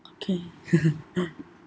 okay